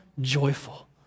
joyful